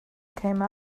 came